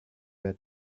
were